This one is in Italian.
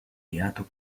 beato